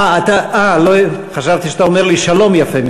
אה, חשבתי שאתה אומר לי שלום יפה.